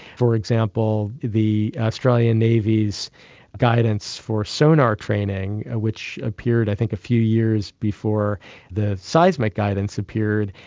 for example, the australian navy's guidance for sonar training, ah which appeared i think a few years before the seismic guidance appeared,